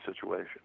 situation